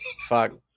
Fuck